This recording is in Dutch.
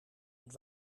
het